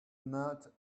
not